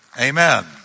Amen